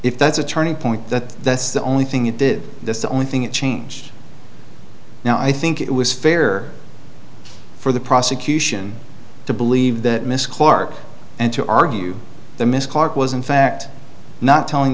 if that's a turning point that that's the only thing it did that's the only thing that changed now i think it was fair for the prosecution to believe that miss clark and to argue the miss clark was in fact not telling